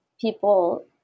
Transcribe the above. people